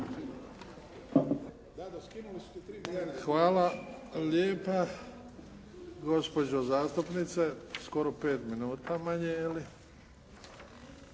Hvala lijepa. Gospođo zastupnice skoro 5 minuta manje.